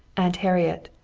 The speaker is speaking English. aunt harriet,